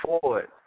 forward